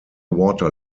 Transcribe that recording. water